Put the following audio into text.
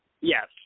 Yes